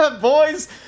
boys